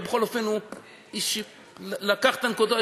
ובכל אופן הוא לקח נקודות,